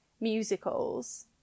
musicals